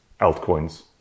altcoins